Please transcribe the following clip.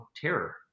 terror